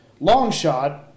Longshot